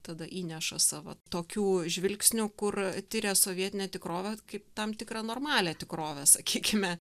tada įneša savo tokių žvilgsnių kur tiria sovietinę tikrovę kaip tam tikrą normalią tikrovę sakykime